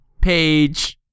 page